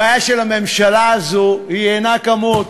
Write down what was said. הבעיה של הממשלה הזו אינה כמות.